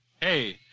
Hey